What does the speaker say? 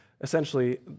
Essentially